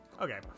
Okay